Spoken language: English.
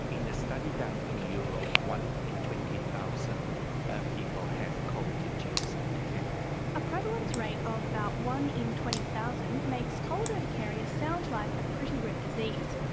in a study done in europe, one in twenty thousand ah people have cold induced urticaria. a prevalence rate of about one in twenty thousand makes cold urticaria sound like a pretty rare disease,